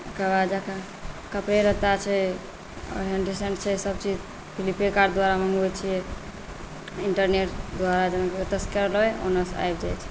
ओकर बाद जाके कपड़े लत्ता छै ओहन रिसेन्ट छै सभचीज फ्लिपेकार्ट द्वारा मङ्गबैत छियै इण्टरनेट द्वारा एतयसँ करबै आ ओन्नऽ सँ आबि जाइत छै